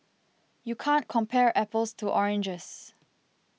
you can't compare apples to oranges